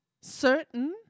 certain